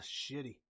shitty